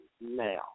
now